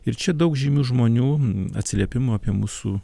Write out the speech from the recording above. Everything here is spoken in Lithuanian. ir čia daug žymių žmonių atsiliepimų apie mūsų